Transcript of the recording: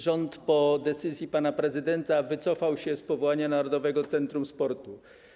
Rząd po decyzji pana prezydenta wycofał się z powołania Narodowego Centrum Sportu.